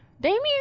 Damien